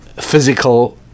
physical